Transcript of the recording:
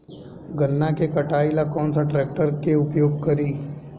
गन्ना के कटाई ला कौन सा ट्रैकटर के उपयोग करी?